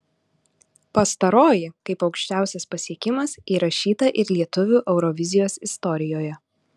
pastaroji kaip aukščiausias pasiekimas įrašyta ir lietuvių eurovizijos istorijoje